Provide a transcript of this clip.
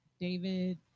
David